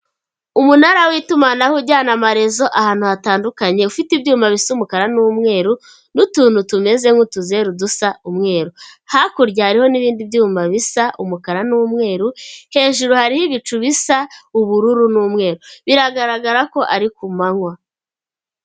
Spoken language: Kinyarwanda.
Umunara w'itumanaho ujyana amarezo ahantu hatandukanye, ufite ibyuma bisa umukara n'umweru, n'utuntu tumeze nk'utuzeru dusa umweru. Hakurya hariho n'ibindi byuma bisa umukara n'umweru, hejuru hariho ibicu bisa ubururu n'umweru. Biragaragara ko ari ku manywa.